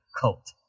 cult